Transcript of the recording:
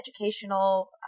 educational